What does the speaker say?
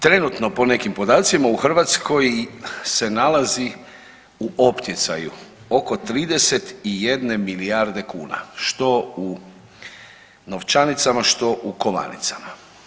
Trenutno po nekim podacima u Hrvatskoj se nalazi u opticaju oko 31 milijarde kuna što u novčanicama, što u kovanicama.